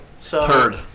Turd